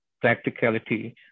practicality